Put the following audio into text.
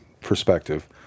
perspective